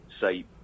say